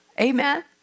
amen